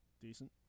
Decent